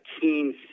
keen